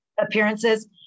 appearances